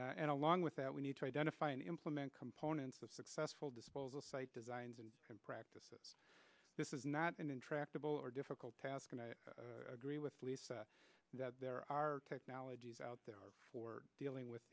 and along with that we need to identify and implement components of successful disposal site designs and practices this is not an intractable or difficult task and i agree with lisa that there are technologies out there for dealing with